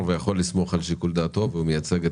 ויכול לסמוך שיקול דעתו ועל כך שהוא מייצג את